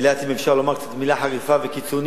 אילת, אם אפשר לומר מלה קצת חריפה וקיצונית,